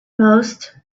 most